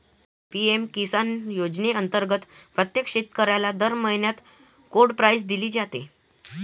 PM Kisan योजनेअंतर्गत प्रत्येक शेतकऱ्याला दर महिन्याला कोड प्राईज दिली जाते